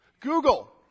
Google